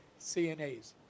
CNAs